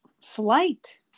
flight